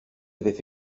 avaient